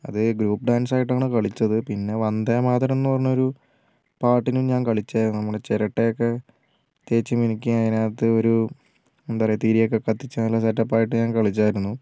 അത് group dance ആയിട്ടാണ് കളിച്ചത് പിന്നെ വന്ദേമാതരം എന്നു പറഞ്ഞൊരു പാട്ടിനും ഞാൻ കളിച്ചിരുന്നു നമ്മുടെ ചിരട്ടയൊക്കെ തേച്ചുമിനുക്കി അതിനകത്ത് ഒരു എന്താ പറയുക തിരിയൊക്കെ കത്തിച്ച് നല്ല സെറ്റപ്പ് ആയിട്ട് ഞാൻ കളിച്ചിരുന്നു